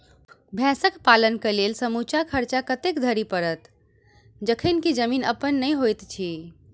भैंसक पालन केँ लेल समूचा खर्चा कतेक धरि पड़त? जखन की जमीन अप्पन नै होइत छी